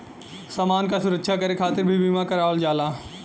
समान क सुरक्षा करे खातिर भी बीमा करावल जाला